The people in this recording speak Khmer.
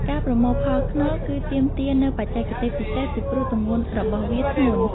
ការប្រមូលផលខ្នុរគឺទាមទារនូវបច្ចេកទេសពិសេស ពីព្រោះទម្ងន់របស់វាធ្ងន់។